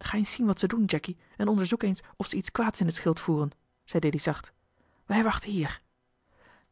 ga eens zien wat ze doen jacky en onderzoek eens of ze iets kwaads in het schild voeren zei dilly zacht wij wachten hier